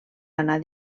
anar